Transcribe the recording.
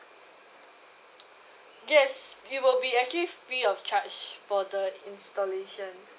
yes it will be actually free of charge for the installation